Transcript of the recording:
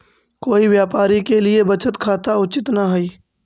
कोई व्यापारी के लिए बचत खाता उचित न हइ